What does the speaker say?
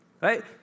Right